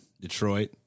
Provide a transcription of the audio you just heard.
Detroit